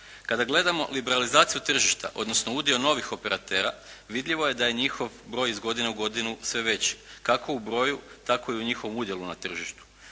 Kada gledamo liberalizaciju tržištu odnosno udio novih operatera vidljivo je da je njihov broj iz godine u godinu sve veći kako u broju tako i u njihovom udjelu na tržištu.